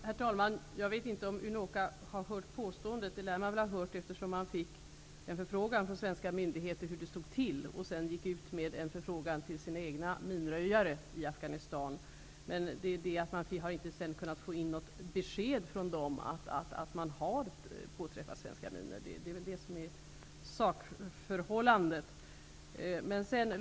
Herr talman! Jag vet inte om Unoca har hört påståendet; det lär man ha gjort, eftersom man fick en förfrågan från svenska myndigheter om hur det stod till och sedan gick ut med en förfrågan till sina egna minröjare i Afghanistan. Vi har inte fått något besked om svenska minor har påträffats. Det är sakförhållandet.